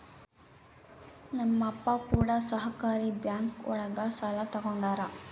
ನಮ್ ಅಪ್ಪ ಕೂಡ ಸಹಕಾರಿ ಬ್ಯಾಂಕ್ ಒಳಗ ಸಾಲ ತಗೊಂಡಾರ